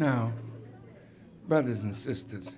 is now brothers and sisters